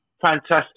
fantastic